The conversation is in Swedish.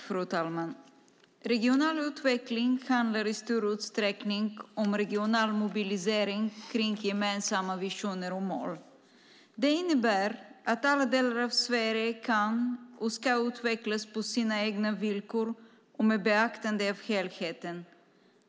Fru talman! Regional utveckling handlar i stor utsträckning om regional mobilisering kring gemensamma visioner och mål. Det innebär att alla delar av Sverige kan och ska utvecklas på sina egna villkor och med beaktande av helheten.